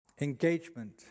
Engagement